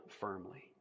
firmly